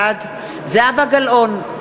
בעד זהבה גלאון,